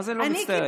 מה זה "לא, מצטערת"?